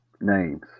names